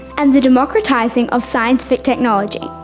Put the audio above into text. and the democratising of scientific technology.